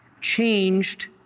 changed